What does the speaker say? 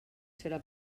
serà